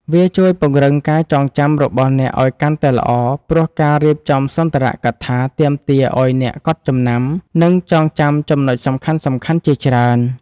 វាជួយពង្រឹងការចងចាំរបស់អ្នកឱ្យកាន់តែល្អ ព្រោះការរៀបចំសន្ទរកថាទាមទារឱ្យអ្នកកត់ចំណាំ និងចងចាំចំណុចសំខាន់ៗជាច្រើន។